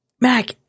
Mac